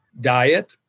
diet